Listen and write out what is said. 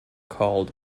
called